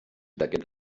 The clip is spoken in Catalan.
d’aquest